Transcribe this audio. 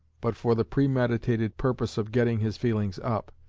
but for the premeditated, purpose of getting his feelings up.